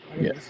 yes